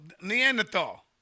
Neanderthal